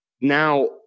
Now